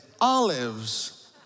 olives